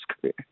career